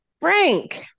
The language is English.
Frank